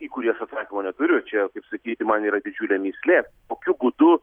į kurį aš atsakymo neturiu čia kaip sakyti man yra didžiulė mįslė kokiu būdu